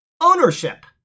ownership